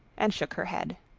and shook her head.